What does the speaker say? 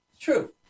true